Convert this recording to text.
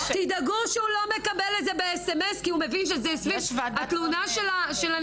תדאגו שהוא לא מקבל את זה ב-sms כי הוא מבין שזה סביב התלונה של הנשים.